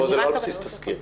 פה זה לא על בסיס תסקיר.